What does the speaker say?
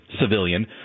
civilian